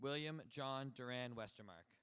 william john duran wester ma